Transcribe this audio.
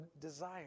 desire